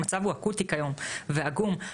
המצב הוא אקוטי כיום, ועגום.